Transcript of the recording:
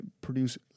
produce